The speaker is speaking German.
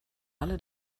alle